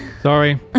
Sorry